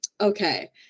okay